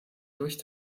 durch